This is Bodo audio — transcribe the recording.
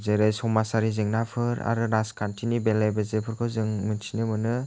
जेरै समाजारि जेंनाफोर आरो राजखान्थिनि बेले बेजेफोरखौ जों मिथिनो मोनो